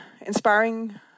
inspiring